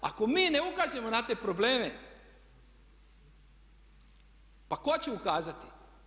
Ako mi ne ukažemo na te probleme pa tko će ukazati?